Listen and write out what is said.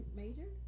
major